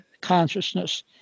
consciousness